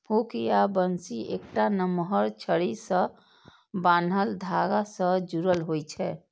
hook या बंसी एकटा नमहर छड़ी सं बान्हल धागा सं जुड़ल होइ छै